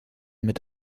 mit